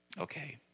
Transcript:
Okay